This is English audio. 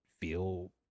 feel